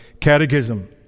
Catechism